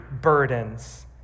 burdens